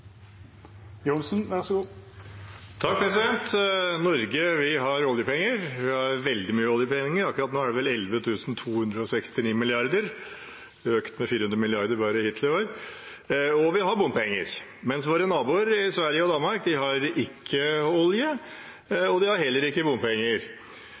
Det har økt med 400 mrd. kr bare hittil i år. Og vi har bompenger. Men våre naboer i Sverige og Danmark har ikke olje, og de har heller ikke